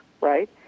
right